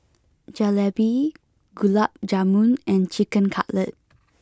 Jalebi Gulab Jamun and Chicken Cutlet